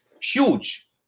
huge